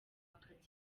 bakagenda